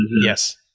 yes